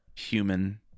human